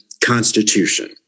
Constitution